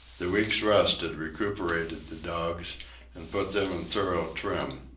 the week's rest had recuperated the dogs and put them in thorough trim.